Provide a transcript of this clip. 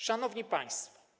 Szanowni Państwo!